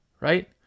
right